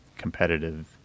competitive